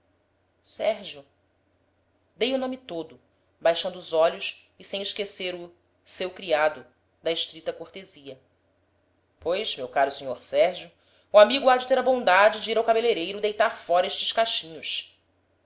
sérgio dei o nome todo baixando os olhos e sem esquecer o seu criado da estrita cortesia pois meu caro sr sérgio o amigo há de ter a bondade de ir ao cabeleireiro deitar fora estes cachinhos